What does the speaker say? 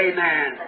Amen